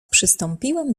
przystąpiłem